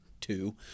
two